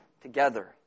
together